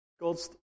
God's